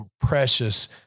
precious